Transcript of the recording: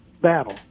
battle